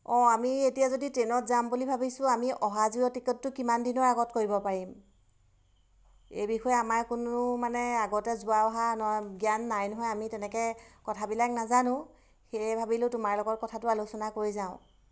অঁ আমি এতিয়া যদি ট্ৰেইনত যাম বুলি ভাবিছোঁ আমি অহা যোৱাৰ টিকটটো কিমান দিনৰ আগত কৰিব পাৰিম এই বিষয়ে আমাৰ কোনো মানে আগতে যোৱা অহা ন জ্ঞান নাই নহয় আমি তেনেকৈ কথাবিলাক নেজানো সেয়ে ভাবিলোঁ তোমাৰ লগৰ কথাটো আলোচনা কৰি যাওঁ